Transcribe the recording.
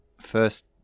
First